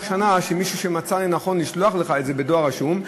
שנה של מישהו שמצא לנכון לשלוח לך את זה בדואר רשום.